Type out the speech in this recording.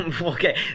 Okay